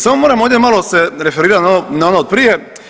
Samo moram ovdje malo se referirati na ono prije.